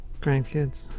grandkids